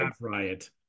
Riot